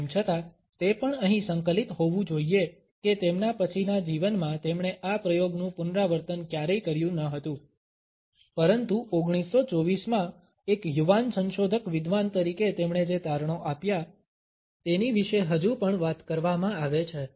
તેમ છતાં તે પણ અહીં સંકલિત હોવું જોઈએ કે તેમના પછીના જીવનમાં તેમણે આ પ્રયોગનું પુનરાવર્તન ક્યારેય કર્યું ન હતું પરંતુ 1924 માં એક યુવાન સંશોધક વિદ્વાન તરીકે તેમણે જે તારણો આપ્યા તેની વિશે હજુ પણ વાત કરવામાં આવે છે